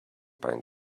pine